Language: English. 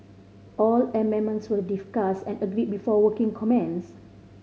all amendments were discussed and agreed before working commenced